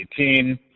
2018